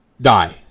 die